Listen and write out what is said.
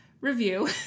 review